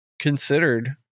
considered